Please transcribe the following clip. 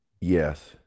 yes